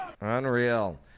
Unreal